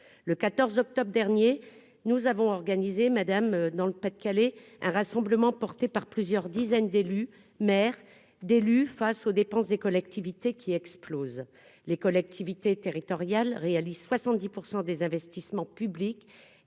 le 14 octobre dernier nous avons organisé, madame, dans le Pas-de-Calais, un rassemblement porté par plusieurs dizaines d'élus maires d'élus face aux dépenses des collectivités qui explose, les collectivités territoriales réalise 70 % des investissements publics